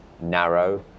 narrow